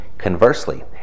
Conversely